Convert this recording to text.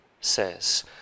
says